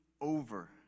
over